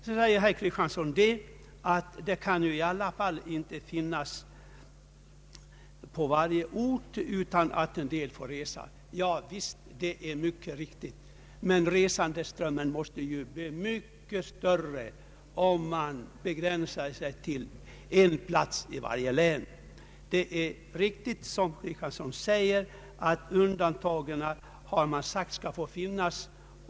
Sedan säger herr Svante Kristiansson att det inte kan finnas en inskrivnings myndighet på varje ort — en del människor måste få resa. Det är naturligtvis riktigt, men resandeströmmen måste bli mycket större om man begränsar sig till att ha inskrivningsmyndighet endast på en plats i varje län. Det är riktigt som herr Kristiansson säger att det poängterats att undantag skall få finnas.